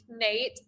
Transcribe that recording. Nate